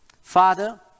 Father